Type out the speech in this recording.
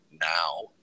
now